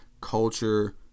culture